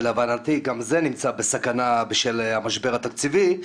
ולהבנתי גם זה נמצא בסכנה בשל המשבר התקציבי,